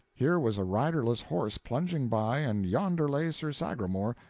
here was a riderless horse plunging by, and yonder lay sir sagramor,